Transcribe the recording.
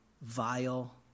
vile